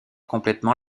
complètement